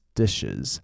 dishes